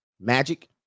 Magic